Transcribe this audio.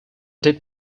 did